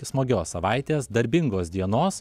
smagios savaitės darbingos dienos